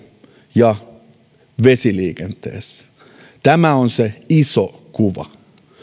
ja vesiliikenteessä tämä on se iso kuva